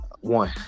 one